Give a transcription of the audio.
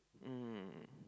mm